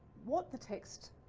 what the text